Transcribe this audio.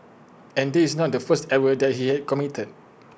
and this is not the first error that he had committed